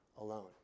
alone